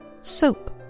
soap